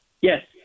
Yes